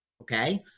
okay